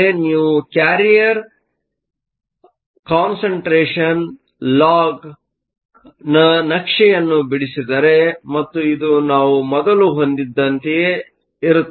ನೀವು carrier concentration concentration log ನ ನಕ್ಷೆಯನ್ನು ಬಿಡಿಸಿದರೆ ಮತ್ತು ಇದು ನಾವು ಮೊದಲು ಹೊಂದಿದ್ದಂತೆಯೇ ಇರುತ್ತದೆ